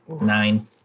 nine